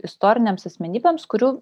istorinėms asmenybėms kurių